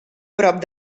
prop